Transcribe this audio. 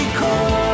call